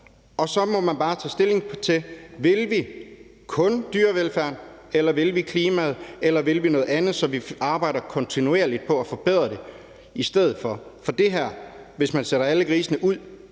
Og så må man bare tage stilling til, om vi kun vil dyrevelfærd, eller om vi vil klimaet, eller om vi vil noget andet, så vi arbejder kontinuerligt på at forbedre det i stedet for. For hvis man sætter alle grisene til